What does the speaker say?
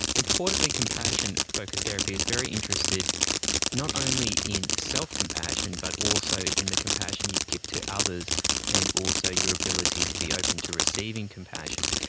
importantly, compassion focused therapy is very interested not only in self-compassion but also in the compassion you give to others and also your ability to be open to receiving compassion,